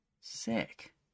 Sick